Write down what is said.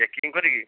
checking କରିକି ହଁ